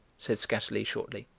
said skatterly shortly.